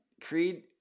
Creed